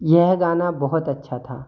यह गाना बहुत अच्छा था